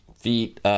feet